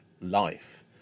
life